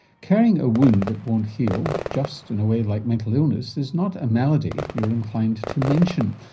carrying a wound that won't heal just, in a way, like mental illness is not a malady you're inclined to mention.